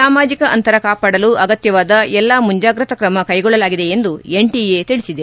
ಸಾಮಾಜಿಕ ಅಂತರ ಕಾಪಾಡಲು ಅಗತ್ಯವಾದ ಎಲ್ಲಾ ಮುಂಜಾಗ್ರತಾ ಕ್ರಮ ಕೈಗೊಳ್ಳಲಾಗಿದೆ ಎಂದು ಎನ್ಟಿಎ ತಿಳಿಸಿದೆ